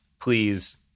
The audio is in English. please